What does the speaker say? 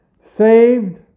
Saved